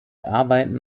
arbeiten